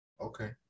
Okay